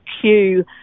queue